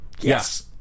Yes